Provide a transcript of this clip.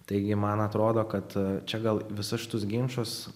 taigi man atrodo kad čia gal visus šitus ginčus